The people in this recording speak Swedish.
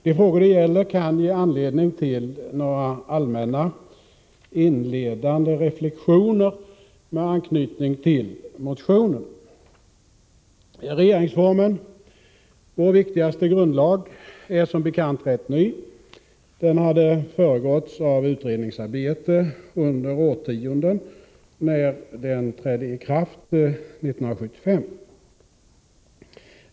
De frågor det gäller kan ge anledning till några allmänna inledande reflexioner med anknytning till motionerna. Regeringsformen, vår viktigaste grundlag, är som bekant rätt ny. Den hade föregåtts av utredningsarbete under årtionden när den trädde i kraft 1975.